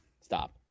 Stop